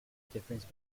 difference